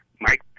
Mike